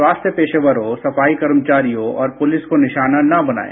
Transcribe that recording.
स्वास्थ्य पेशेवरों सफाईकर्मचारियों और पुलिस को निशाना न बनाएं